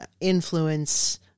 influence